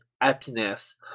happiness